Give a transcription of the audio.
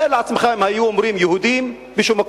תאר לעצמך אם באיזה מקום היו אומרים "יהודים ועבריינים",